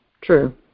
True